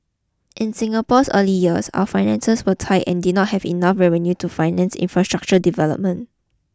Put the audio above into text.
in Singapore's early years our finances were tight and did not have enough revenue to finance infrastructure development